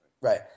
Right